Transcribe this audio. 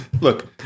Look